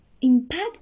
impact